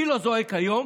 מי לא זועק היום